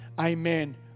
amen